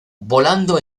volando